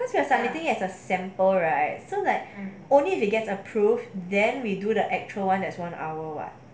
cause you are submitting as a sample right so like only if it gets approved then we do the actual [one] there's one hour [what]